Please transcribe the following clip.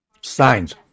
Signs